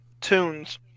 tunes